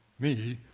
me,